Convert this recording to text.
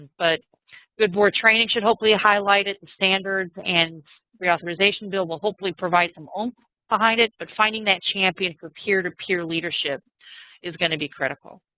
but good board training should hopefully highlight it and standards. and the re-authorization bill will hopefully provide some oomph behind it. but finding that champion for peer-to-peer leadership is going to be critical.